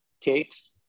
takes